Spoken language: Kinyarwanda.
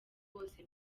bose